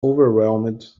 overwhelmed